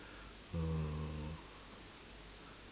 uh